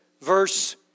verse